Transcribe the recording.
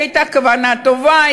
הייתה כוונה טובה,